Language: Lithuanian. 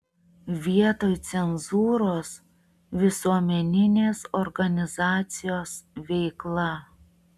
vietoj cenzūros visuomeninės organizacijos veikla